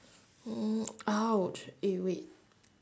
oh !ouch! eh wait